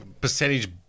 percentage